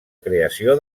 creació